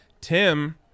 tim